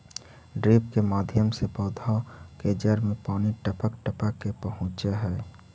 drip के माध्यम से पौधा के जड़ में पानी टपक टपक के पहुँचऽ हइ